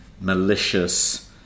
malicious